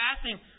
passing